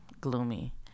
gloomy